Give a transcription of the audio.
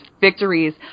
victories